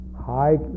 high